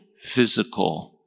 physical